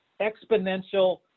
exponential